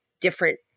different